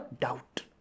doubt